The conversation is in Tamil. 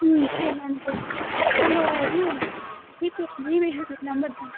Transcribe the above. ம் சரி நான் அனுப்பி விட்றேன் உங்கள் இது ஜிபே ஜிபே நம்பர் தாங்க